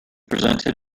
presented